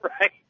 Right